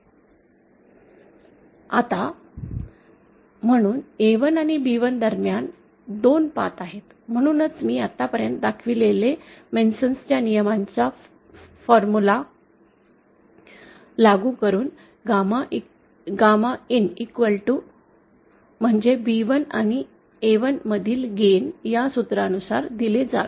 आता म्हणून A1 आणि B1 दरम्यान 2 पाथ आहेत म्हणूनच मी आतापर्यंत दाखविलेल्या मेसन Mason's च्या नियमांचे फॉर्म्युला लागू करून GAMMAin म्हणजे B1 आणि A1 मधील गेन या सूत्रानुसार दिले जावे